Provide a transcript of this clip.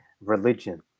religion